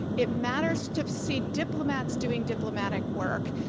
it matters to see diplomats doing diplomatic work,